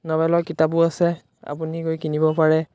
নবেলৰ কিতাপো আছে আপুনি গৈ কিনিব পাৰে